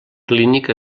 clínic